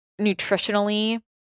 nutritionally